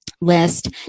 list